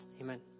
Amen